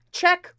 check